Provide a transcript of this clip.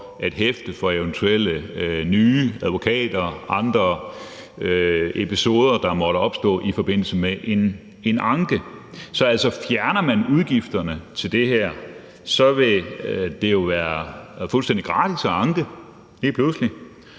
at hæfte for eventuelle nye advokater og andre episoder, der måtte opstå i forbindelse med en anke. Så fjerner man udgifterne til det her, vil det jo være fuldstændig gratis at anke hvad som helst